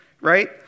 right